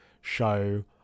show